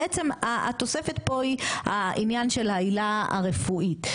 בעצם התוספת פה היא העניין של העילה הרפואית.